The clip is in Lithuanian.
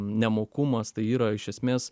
nemokumas tai yra iš esmės